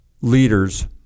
leaders